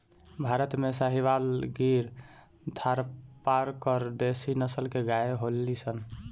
भारत में साहीवाल, गिर, थारपारकर देशी नसल के गाई होलि सन